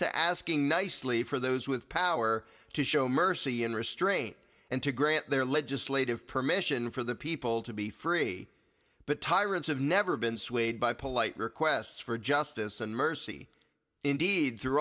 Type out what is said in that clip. to asking nicely for those with power to show mercy and restraint and to grant their legislative permission for the people to be free but tyrants have never been swayed by polite requests for justice and mercy indeed th